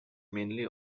mainly